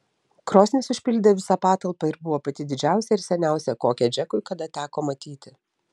krosnis užpildė visą patalpą ir buvo pati didžiausia ir seniausia kokią džekui kada teko matyti